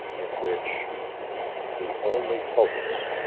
in which the only focus